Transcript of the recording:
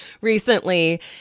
recently